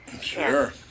Sure